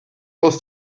aus